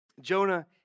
Jonah